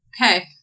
Okay